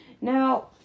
Now